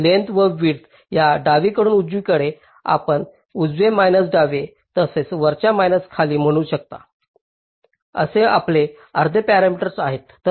lengths व width तर डावीकडून उजवीकडे आपण उजवे मैनास डावे तसेच वरच्या मैनास खाली म्हणू शकता ते आपले अर्धे पॅरामीटर असेल